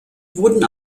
wurden